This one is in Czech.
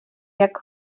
jak